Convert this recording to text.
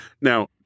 Now